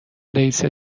رئیست